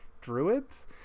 druids